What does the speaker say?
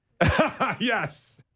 Yes